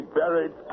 buried